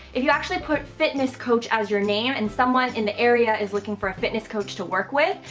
if you actually put fitness coach as your name and someone in the area is looking for a fitness coach to work with,